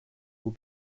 will